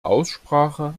aussprache